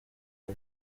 ari